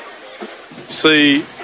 See